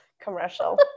commercial